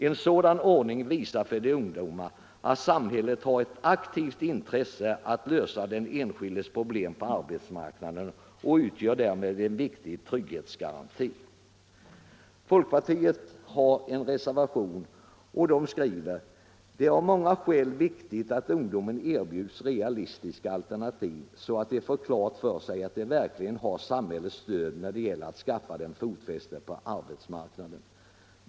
En sådan ordning visar för de unga att samhället har ett aktivt intresse att lösa den enskildes problem på arbetsmarknaden och utgör därmed en viktig trygghetsgaranti.” I folkpartiets reservation 4 säger man: ”Det är av många skäl viktigt att ungdomarna erbjuds realistiska alternativ så att de får klart för sig att de verkligen har samhällets stöd när det gäller att skaffa dem fotfäste på arbetsmarknaden.